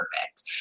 perfect